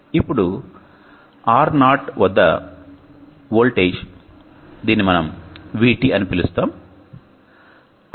ఇప్పుడు Ro వద్ద voltage దీనిని మనం VT అని పిలుస్తాముT